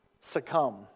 succumb